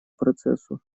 процессу